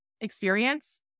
experience